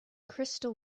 crystal